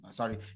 sorry